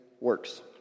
Works